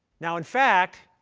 now in fact,